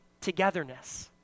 togetherness